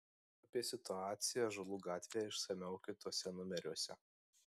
apie situaciją ąžuolų gatvėje išsamiau kituose numeriuose